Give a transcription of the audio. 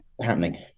happening